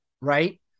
right